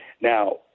now